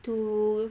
to